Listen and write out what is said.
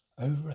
Over